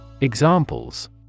Examples